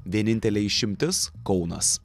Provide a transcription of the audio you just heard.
vienintelė išimtis kaunas